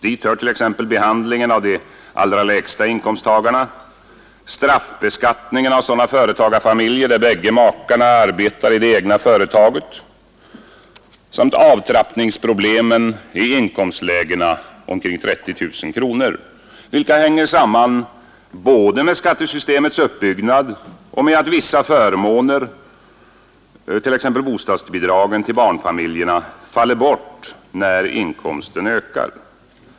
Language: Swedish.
Dit hör t.ex. behandlingen av de allra lägsta inkomsttagarna, straffbeskattningen av företagarfamiljer där bägge makarna arbetar i det egna företaget samt avtrappningsproblemen i inkomstlägena omkring 30 000 kronor, vilka hänger samman både med skattesystemets uppbyggnad och med att vissa förmåner, t.ex. bostadsbidragen till barnfamiljerna, faller bort när inkomsten ökar.